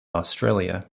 australia